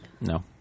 No